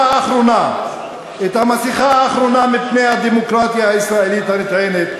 האחרונה מפני הדמוקרטיה הישראלית הנטענת,